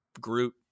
Groot